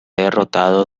derrotado